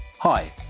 Hi